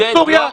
לסוריה,